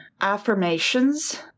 affirmations